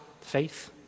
faith